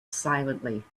silently